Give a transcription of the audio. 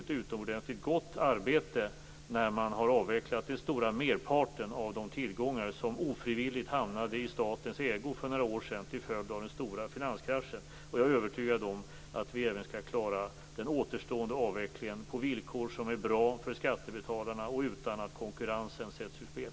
De har gjort ett utomordentligt gott arbete när de har avvecklat den stora merparten av de tillgångar som ofrivilligt hamnade i statens ägo för några år sedan som en följd av den stora finanskraschen. Jag är övertygad om att vi även skall klara den återstående avvecklingen på villkor som är bra för skattebetalarna utan att konkurrensen sätts ur spel.